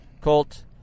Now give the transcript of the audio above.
Colt